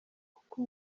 kuko